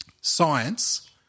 science